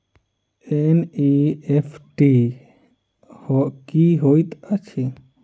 NEFT की होइत अछि?